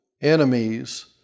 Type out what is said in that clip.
enemies